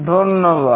ধন্যবাদ